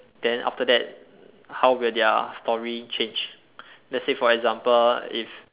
then after that how will their story change let's say for example if